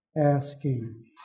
asking